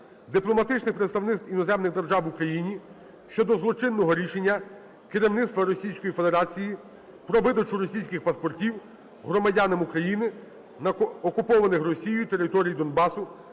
дипломатичних представництв іноземних держав в Україні щодо злочинного рішення керівництва Російської Федерації про видачу російських паспортів громадянам України на окупованих Росією території Донбасу